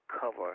cover